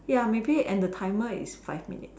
ya maybe and the timer is five minutes